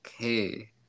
Okay